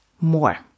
more